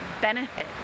benefit